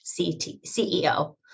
CEO